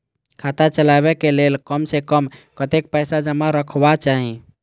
खाता चलावै कै लैल कम से कम कतेक पैसा जमा रखवा चाहि